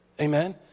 Amen